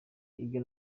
ibyo